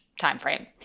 timeframe